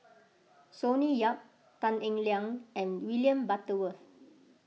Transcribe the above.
Sonny Yap Tan Eng Liang and William Butterworth